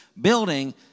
building